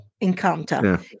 encounter